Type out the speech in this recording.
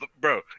bro